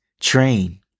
train